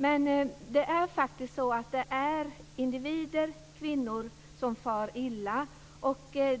Men det är individer, kvinnor, som far illa.